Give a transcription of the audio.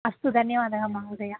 अस्तु धन्यवादः महोदया